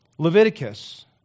Leviticus